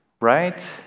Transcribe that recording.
Right